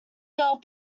girl